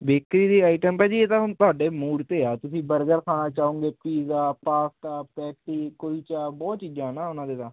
bakery ਦੀ item ਭਾਅ ਜੀ ਇਹ ਤਾ ਹੁਣ ਤੁਹਾਡੇ ਮੂਡ ਤੇ ਤੁਸੀਂ ਬਰਗਰ ਖੈਣਾ ਚਾਹੋਗੇ ਪੀਜਾ ਪਾਸਤਾ ਪੈਟੀ ਕੁਲਚਾ ਬਹੁਤ ਚੀਜ਼ਾਂ ਹਨਾ ਉਨਾਂ ਦੇ ਤਾਂ